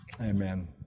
Amen